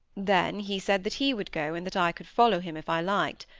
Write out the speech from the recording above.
then he said that he would go, and that i could follow him if i liked.